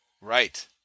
right